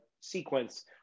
sequence